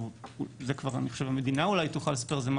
ועל זה כבר אני חושב שהמדינה תוכל לספר הוא מה